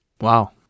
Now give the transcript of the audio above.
Wow